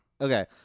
Okay